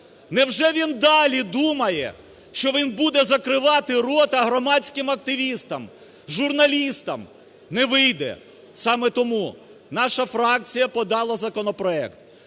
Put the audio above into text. невже він далі думає, що він буде закривати рота громадським активістам, журналістам. Не вийде. Саме тому наша фракція подала законопроект,